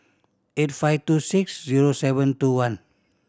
eight five two six zero seven two one